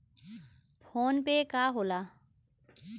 PhonePe का होला?